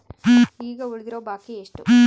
ಈಗ ಉಳಿದಿರೋ ಬಾಕಿ ಎಷ್ಟು?